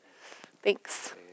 Thanks